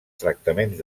tractaments